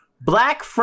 black